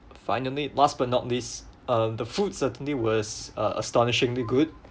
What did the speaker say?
finally last but not least uh the food certainly was uh astonishingly good